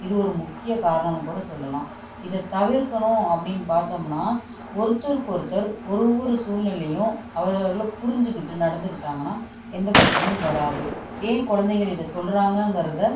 இது ஒரு முக்கிய காரணம்னு கூட சொல்லலாம் இதை தவிர்க்கணும் அப்படின்னு பார்த்தோம்ன்னா ஒருத்தருக்கு ஒருத்தர் ஒரு ஒரு சூழ்நிலையும் அவங்க அவங்க புரிஞ்சிகிட்டு நடந்துக்கிட்டாங்கனால் எந்த பிரச்சினையும் வராது என் குழந்தைகள் இதை சொல்கிறாங்கங்கிறதை